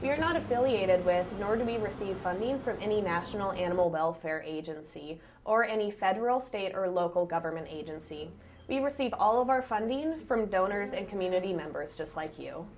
we're not affiliated with nor to be received funding from any national animal welfare agency or any federal state or local government agency we receive all of our funding from donors and community members just like you